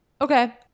okay